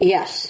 Yes